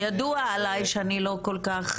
טוב, ידוע עליי שאני לא כל כך